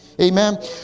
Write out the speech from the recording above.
Amen